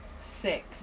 Sick